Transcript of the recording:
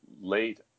late